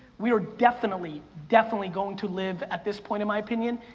we are definitely definitely going to live, at this point in my opinion,